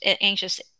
anxious